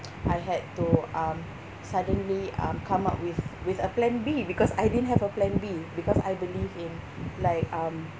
I had to um suddenly um come up with with a plan B because I didn't have a plan B because I believe in like um